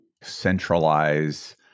centralize